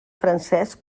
francès